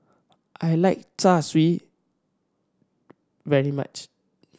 I like Char Siu very much